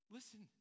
Listen